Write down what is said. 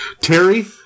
Terry